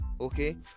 Okay